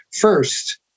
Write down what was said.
First